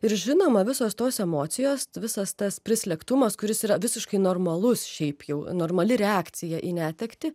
ir žinoma visos tos emocijos visas tas prislėgtumas kuris yra visiškai normalus šiaip jau normali reakcija į netektį